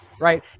Right